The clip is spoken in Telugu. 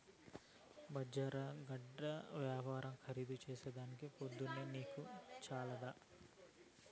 బజార్ల గడ్డపార ఖరీదు చేసేదానికి పొద్దంతా నీకు చాలదా